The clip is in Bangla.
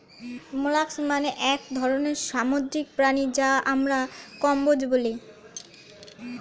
মোলাস্কস মানে এক ধরনের সামুদ্রিক প্রাণী যাকে আমরা কম্বোজ বলি